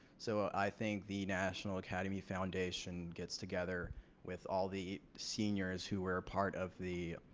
so i think the national academy foundation gets together with all the seniors who were part of the